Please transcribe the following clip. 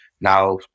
now